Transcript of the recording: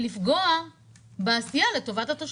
לפגוע בעשייה לטובת התושבים,